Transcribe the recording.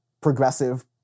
progressive